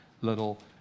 little